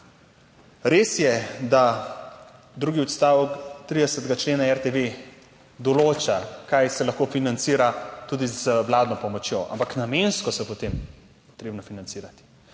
res je, da drugi odstavek 30. člena RTV določa, kaj se lahko financira tudi z vladno pomočjo, ampak namensko je potem potrebno financirati.